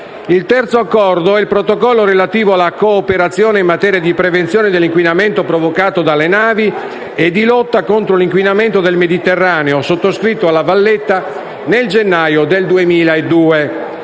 Il terzo accordo è il Protocollo relativo alla cooperazione in materia di prevenzione dell'inquinamento provocato dalle navi e di lotta contro l'inquinamento del Mediterraneo, sottoscritto alla Valletta nel gennaio 2002.